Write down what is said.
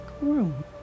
room